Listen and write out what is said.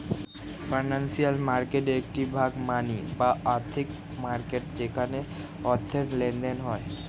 financial মার্কেটের একটি ভাগ মানি বা আর্থিক মার্কেট যেখানে অর্থের লেনদেন হয়